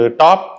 top